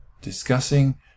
Discussing